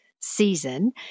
season